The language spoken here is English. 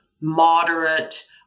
moderate